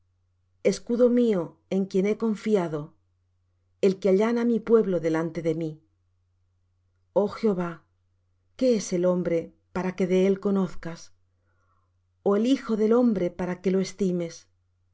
escudo mío en quien he confiado el que allana mi pueblo delante de mí oh jehová qué es el hombre para que de él conozcas o el hijo del hombre para que lo estimes